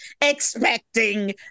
expecting